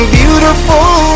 beautiful